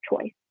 choice